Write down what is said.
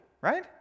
right